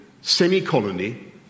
semi-colony